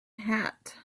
hat